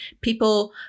People